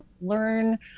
learn